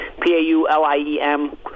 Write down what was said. P-A-U-L-I-E-M